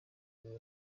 iyi